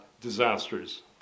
disasters